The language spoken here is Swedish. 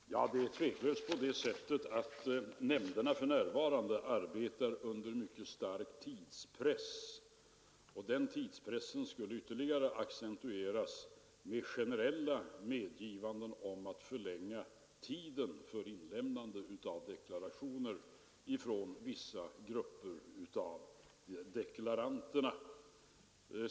Herr talman! Det är otvivelaktigt på det sättet att taxeringsnämnderna för närvarande arbetar under mycket stark tidspress, och den tidspressen skulle ytterligare accentueras vid generella medgivanden om att förlänga tiden för inlämnandet av deklarationer från vissa grupper av deklaranter.